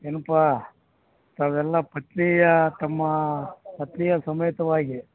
ಏನಪ್ಪ ತಾವೆಲ್ಲ ಪತ್ನಿಯ ತಮ್ಮ ಪತ್ನಿಯ ಸಮೇತವಾಗಿ